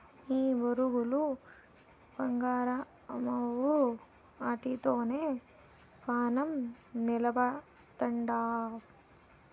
నీ బొరుగులు బంగారమవ్వు, ఆటితోనే పానం నిలపతండావ్